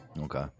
Okay